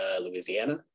Louisiana